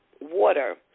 water